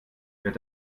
wird